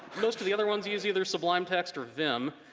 most of the other ones use the other sublime text or vim,